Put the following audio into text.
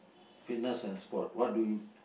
fitness and sport what do you